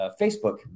Facebook